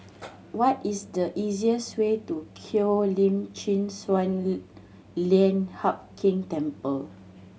what is the easiest way to Cheo Lim Chin Sun Lian Hup Keng Temple